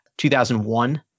2001